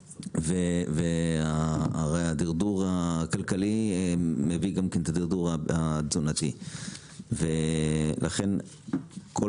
והרי הדרדור הכלכלי מביא גם כן את הדרדור התזונתי ולכן כל